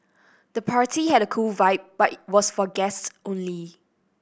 the party had a cool vibe but was for guests only